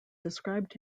described